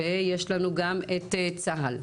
ויש לנו גם את צה"ל.